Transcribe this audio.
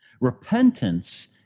Repentance